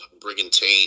Brigantine